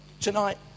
tonight